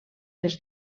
les